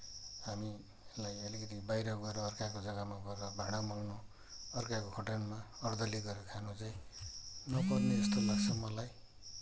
हामीलाई अलिकति बाहिर गएर अर्काको जग्गामा गएर भाँडा मल्नु अर्काको खटनमा अर्दली गरेर खानु चाहिँ नपर्ने जस्तो लाग्छ मलाई